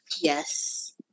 yes